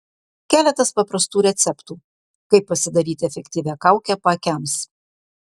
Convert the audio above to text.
keletas paprastų receptų kaip pasidaryti efektyvią kaukę paakiams